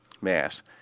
Mass